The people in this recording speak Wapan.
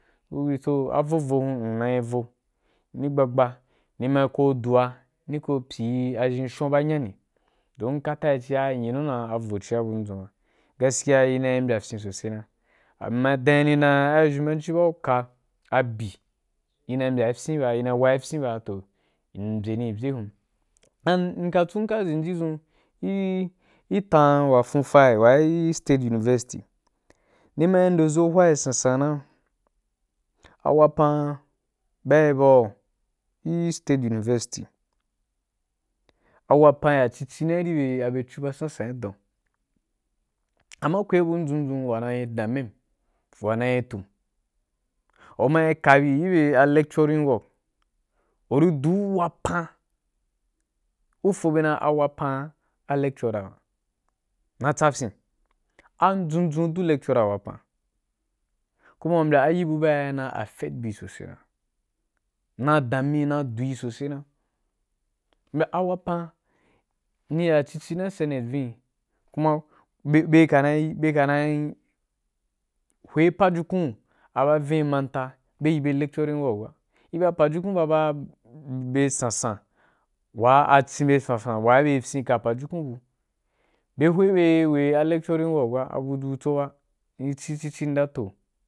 Iritso vovom mi nayi vo, nī gbagba ni ma ko du wa, ní ko pyi yî a zhen shu ba myani don kata i cha a voyi ci’a a bun dzun ba, gaskiya i na yi mbya fyin so sai na m’naī dan yi ni da ai shī banci bau ka, abyi ina yi mbya yi fyin ba ina yi wai fyin ba ton m’byeni bye bye hun. Ma cun mka xhen yi dʒun, m’m, gi tan wa fon fa i gi state university ni ma yi nde zo huhi sansan na, a wapan ba i ba gu gi state university, a wapan ya ci ci na gi be becu wa sansan gi don akwai bun dʒun dʒun wa na’i demem wa na yi tum u ma yi ka gi bye lecturing work uri duh’u wapan gi fin bye wa bye dan a wapan wa ga a lecture ba, na tsa fín a dʒun dʒun udu lecturer wapan kum umbya a irí bu ba na ya na yi affect buí sosai na dameꞌꞌꞌi na du’ī sosai na, mbya a wapan ni-ya cici na gi seante vini ni ku ma bye ka na yi bye ka na yi hwe pajukun aba vini makanta bye yibe lectuering work ba, i ba pajukun ba ba bye sansan, wa’a a cin bye sansan wa’ bye ri fyin ka pajukun bu, bye no be be wei a lecturing work a bu butso ba ni cin nda toh.